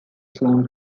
soon